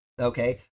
Okay